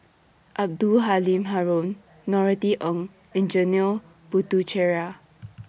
Abdul Halim Haron Norothy Ng and Janil Puthucheary